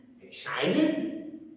excited